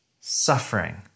suffering